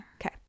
okay